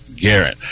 Garrett